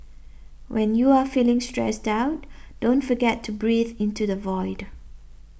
when you are feeling stressed out don't forget to breathe into the void